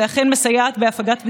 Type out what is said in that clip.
ואכן מסייעת בהפגת בדידותם.